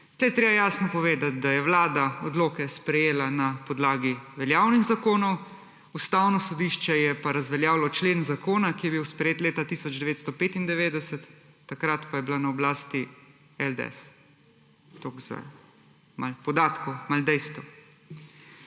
je treba jasno povedati, da je vlada odloke sprejela na podlagi veljavnih zakonov, Ustavno sodišče je pa razveljavilo člen zakona, ki je bil sprejet leta 1995, takrat ko je bila na oblasti LDS. Toliko malo podatkov, malo dejstev.